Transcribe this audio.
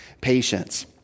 patience